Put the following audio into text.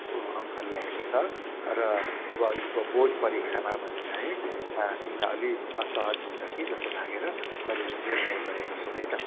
अङ्क ल्याएको छ र अब इनको बोर्ड परिक्षामा भने चाहिँ इनलाई अलि असहज हुन्छ कि जस्तो लागेर मैले यो निर्णय गरेको छु है त